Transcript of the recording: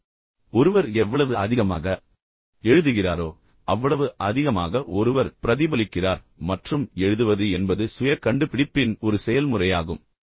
எனவே ஒருவர் எவ்வளவு அதிகமாக எழுதுகிறாரோ அவ்வளவு அதிகமாக ஒருவர் பிரதிபலிக்கிறார் மற்றும் எழுதுவது என்பது சுய கண்டுபிடிப்பின் ஒரு செயல்முறையாகும்